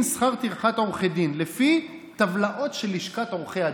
שכר טרחת עורכי דין לפי טבלאות של לשכת עורכי הדין.